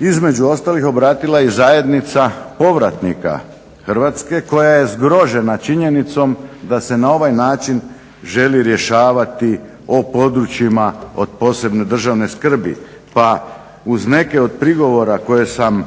između ostalih obratila i zajednica povratnika Hrvatske koja je zgrožena činjenicom da se na ovaj način želi rješavati o područjima od posebne državne skrbi. Pa uz neke od prigovora koje sam